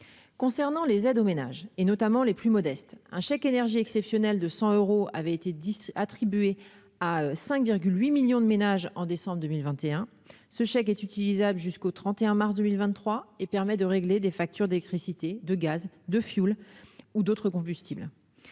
concernant les aides aux ménages et notamment les plus modestes, un chèque énergie exceptionnel de 100 euros avaient été 10 attribué à 5 8 millions de ménages en décembre 2021 ce chèque est utilisable jusqu'au 31 mars 2023 et permet de régler des factures d'électricité, de gaz de fioul ou d'autres combustibles